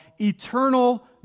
eternal